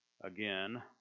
Again